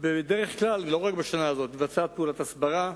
בדרך כלל, ולא רק בשנה הזאת, מתבצעת פעולת הסברה,